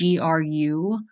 GRU